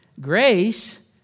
Grace